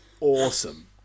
awesome